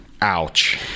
Ouch